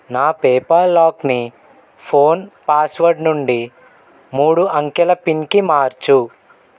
నా పేపాల్ లాక్ని phone password నుండి మూడు అంకెల పిన్కి మార్చు